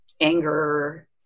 anger